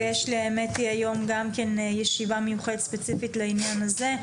ויש לי היום גם כן ישיבה מיוחדת ספציפית לעניין הזה.